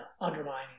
undermining